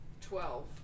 Twelve